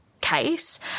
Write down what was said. case